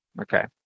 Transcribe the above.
Okay